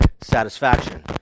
satisfaction